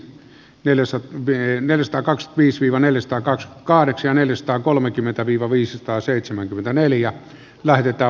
neljässä breine listaa kaks viisi vangelis takacs kahdeksan eli satakolmekymmentä viro viisisataaseitsemänkymmentäneljä lähetetään